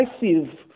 decisive